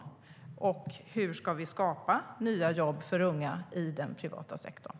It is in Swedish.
Hur ska vi skapa nya jobb för unga i den privata sektorn?